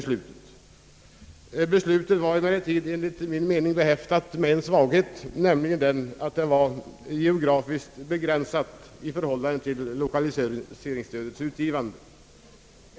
Enligt min mening är det emellertid behäftat med en svaghet, nämligen att det är geografiskt begränsat i förhållande till lokaliseringsstödets utgivande.